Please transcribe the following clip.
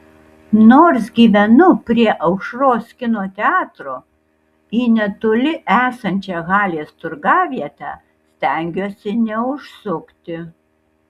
nors gyvenu prie aušros kino teatro į netoli esančią halės turgavietę stengiuosi neužsukti